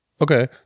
Okay